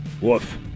Woof